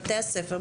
בבתי הספר,